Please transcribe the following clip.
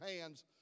hands